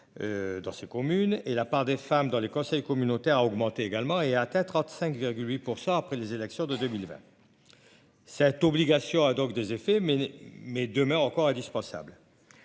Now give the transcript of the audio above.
Dans ces communes et la part des femmes dans les conseils communautaires a augmenté également et atteint 35 8 %. Après les élections de 2020. Cette obligation a donc des effets mais mais demeure encore indispensable.